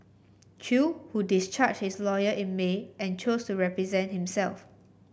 chew who discharged his lawyer in May and chose to represent himself